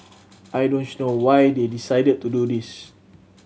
I don't know why they decided to do this